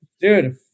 Dude